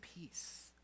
peace